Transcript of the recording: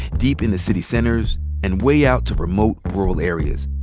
deep in the city centers and way out to remote rural areas,